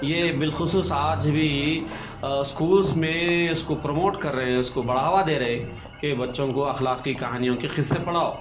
یہ بالخصوص آج بھی اسکولس میں اس کو پرموٹ کر رہے ہیں اس کو بڑھاوا دے رہے کہ بچوں کو اخلاقی کہانیوں کے قصے پڑھاؤ